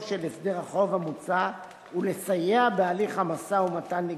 של הסדר החוב המוצע ולסייע בהליך המשא-ומתן לגיבושו.